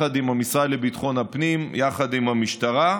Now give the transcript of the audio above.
המשרד לביטחון הפנים והמשטרה,